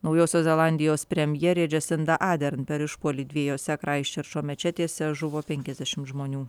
naujosios zelandijos premjerė džesinda adern per išpuolį dviejose kraistčerčo mečetėse žuvo penkiasdešimt žmonių